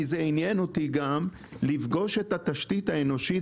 כי עניין אותי גם לפגוש את התשתית האנושית